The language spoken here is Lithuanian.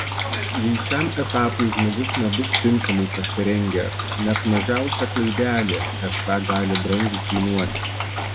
jei šiam etapui žmogus nebus tinkamai pasirengęs net mažiausia klaidelė esą gali brangiai kainuoti